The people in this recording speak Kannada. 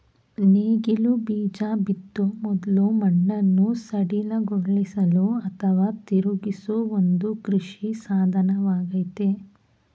ನೇಗಿಲು ಬೀಜ ಬಿತ್ತೋ ಮೊದ್ಲು ಮಣ್ಣನ್ನು ಸಡಿಲಗೊಳಿಸಲು ಅಥವಾ ತಿರುಗಿಸೋ ಒಂದು ಕೃಷಿ ಸಾಧನವಾಗಯ್ತೆ